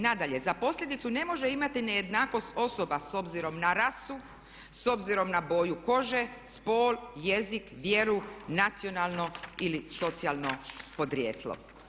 Nadalje, za posljedicu ne može imati nejednakost osoba s obzirom na rasu, s obzirom na boju kože, spol, jezik, vjeru, nacionalno ili socijalno podrijetlo.